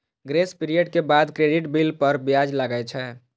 grace period के बाद credit bill पर ब्याज लागै छै